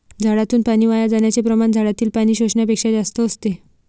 झाडातून पाणी वाया जाण्याचे प्रमाण झाडातील पाणी शोषण्यापेक्षा जास्त असते